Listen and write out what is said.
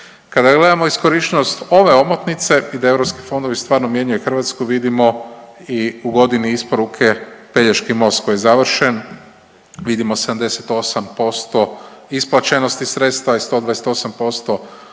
Kada gledamo iskorištenost ove omotnice i da je EU fondovi stvarno mijenjaju Hrvatsku vidimo i u godini isporuke Pelješki most koji je završen, vidimo 78% isplaćenosti sredstva i 128%